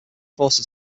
forced